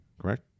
correct